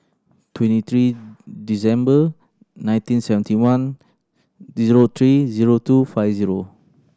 twenty three December nineteen seventy one zero three zero two five zero